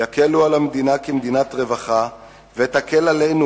יקלו על המדינה כמדינת רווחה ויקלו עלינו,